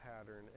pattern